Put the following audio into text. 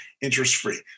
interest-free